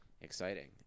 Exciting